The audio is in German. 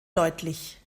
deutlich